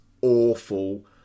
awful